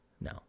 no